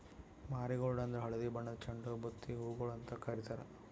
marigold ಅಂದುರ್ ಹಳದಿ ಬಣ್ಣದ್ ಚಂಡು ಬುತ್ತಿ ಹೂಗೊಳ್ ಅಂತ್ ಕಾರಿತಾರ್